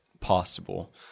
possible